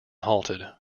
halted